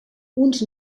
uns